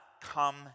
come